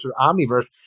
omniverse